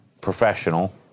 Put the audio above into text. professional